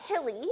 hilly